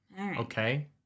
Okay